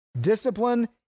Discipline